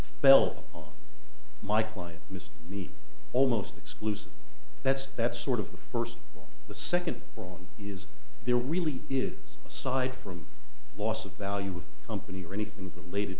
belt on my client missed me almost exclusive that's that's sort of the first the second problem is there really is aside from loss of value of company or anything related